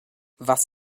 was